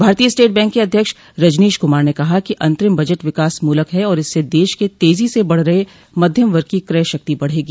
भारतीय state bank के अध्यक्ष रजनीश कुमार ने कहा है कि अंतरिम बजट विकास मूलक है और इससे देश के तेजी से बढ़ रहे मध्यम वर्ग की क्रय शक्ति बढ़ेगी